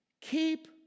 Keep